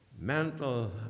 mental